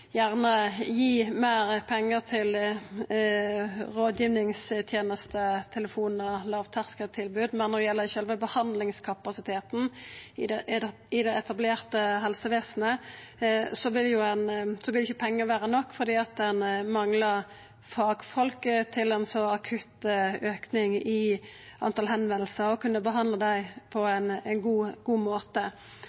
gjerne kan gi meir pengar til rådgivingsteneste, telefonar og lågterskeltilbod, men når det gjeld sjølve behandlingskapasiteten i det etablerte helsevesenet, vil ikkje pengar vera nok, fordi ein manglar fagfolk til ein så akutt auke i talet på førespurnader og å kunna behandla dei på